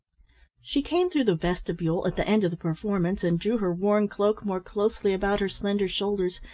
she came through the vestibule at the end of the performance, and drew her worn cloak more closely about her slender shoulders,